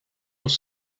els